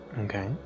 Okay